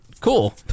Cool